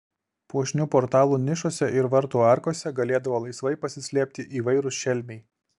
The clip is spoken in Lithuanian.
puošnių portalų nišose ir vartų arkose galėdavo laisvai pasislėpti įvairūs šelmiai